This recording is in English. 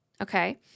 Okay